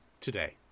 today